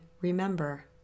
remember